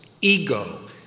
ego